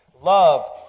love